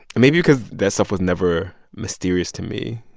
maybe because that stuff was never mysterious to me,